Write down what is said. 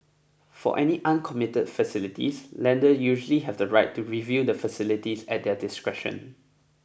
for any uncommitted facilities lender usually have the right to review the facilities at their discretion